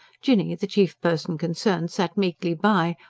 jinny, the chief person concerned, sat meekly by,